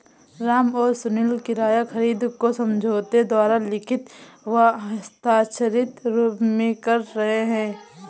राम और सुनील किराया खरीद को समझौते द्वारा लिखित व हस्ताक्षरित रूप में कर रहे हैं